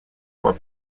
voie